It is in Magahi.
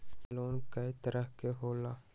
लोन कय तरह के होला?